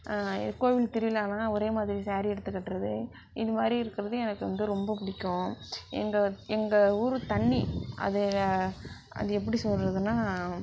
கோவில் திருவிழான்னா ஒரே மாதிரி சாரீ எடுத்துக் கட்டுறது இது மாதிரி இருக்கிறது எனக்கு வந்து ரொம்ப பிடிக்கும் எங்கள் எங்கள் ஊர் தண்ணி அது அது எப்படி சொல்லுறதுன்னா